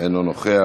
אינו נוכח.